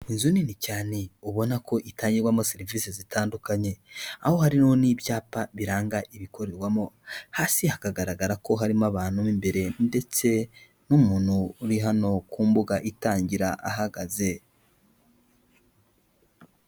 Inzu nini cyane ubona ko itangirwamo serivisi zitandukanye aho harimo n'ibyapa biranga ibikorerwamo hasi hakagaragara ko harimo abantu mo imbere ndetse n'umuntu uri hano ku mbuga itangira ahagaze.